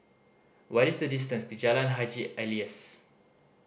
what is the distance to Jalan Haji Alias